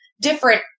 different